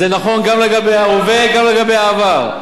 זה נכון גם לגבי ההווה, גם לגבי העבר.